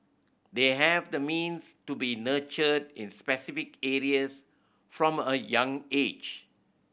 they have the means to be nurtured in specific areas from a young age